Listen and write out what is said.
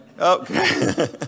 Okay